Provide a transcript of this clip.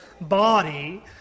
body